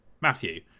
Matthew